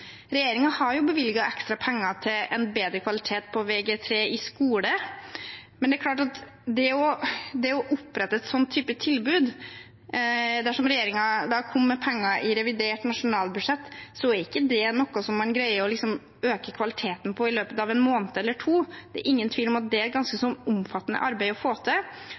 ekstra penger til en bedre kvalitet på Vg3 i skole, men det er klart at det å opprette en sånn type tilbud – dersom regjeringen kommer med penger i revidert nasjonalbudsjett – er ikke noe man greier å øke kvaliteten på i løpet av en måned eller to. Det er ingen tvil om at det er et ganske omfattende arbeid å få til.